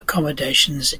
accommodations